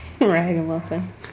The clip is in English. Ragamuffin